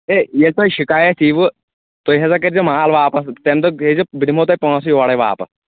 ہے یہِ تۄہہِ شِکایَت یی وٕ تُہۍ ہَسا کٔرۍ زِ مال واپَس تَمہِ دۄہ بیجزیو بہٕ دِمو تۄہہِ پونٛسہٕ یورے واپَس